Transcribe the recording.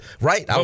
Right